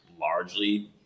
largely